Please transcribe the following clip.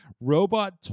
Robot